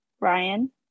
Ryan